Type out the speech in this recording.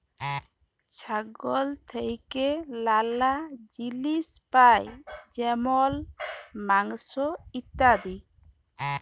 ছাগল থেক্যে লালা জিলিস পাই যেমল মাংস, ইত্যাদি